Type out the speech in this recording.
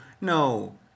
no